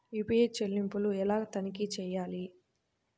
UPI చెల్లింపులు ఎలా తనిఖీ చేయాలి?